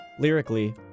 Lyrically